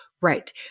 Right